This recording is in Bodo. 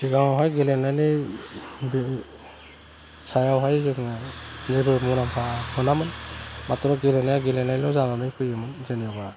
सिगाङावहाय गेलेनानै जेबो सायावहाय जोङो जेबो मुलामफा मोनामोन जोङो माथ्र' गेलेनायना गेलेनायल' जानानै फैयोमोन जेन'बा